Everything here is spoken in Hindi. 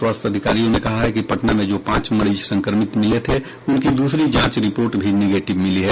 स्वास्थ्य अधिकारियों ने कहा है कि पटना में जो पांच मरीज संक्रमित मिले थे उनकी दूसरी जांच रिपोर्ट भी निगेटिव मिली है